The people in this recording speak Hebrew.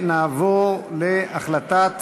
נעבור להחלטת